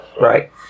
Right